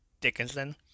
Dickinson